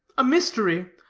a mystery?